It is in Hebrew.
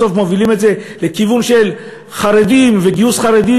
אבל אם אנחנו בסוף מובילים את זה לכיוון של חרדים וגיוס חרדים,